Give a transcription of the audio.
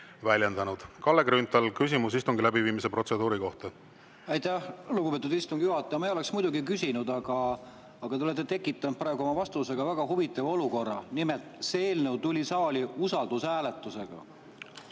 Kalle Grünthal, küsimus istungi läbiviimise protseduuri kohta. Aitäh, lugupeetud istungi juhataja! Ma ei oleks muidu küsinud, aga te olete tekitanud oma vastusega väga huvitava olukorra. Nimelt, see eelnõu tuli saali usaldushääletusega